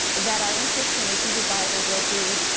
that our interest in the hebrew bible will be